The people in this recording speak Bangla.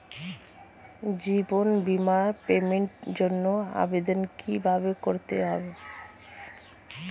জীবন বীমার পেমেন্টের জন্য আবেদন কিভাবে করতে হয়?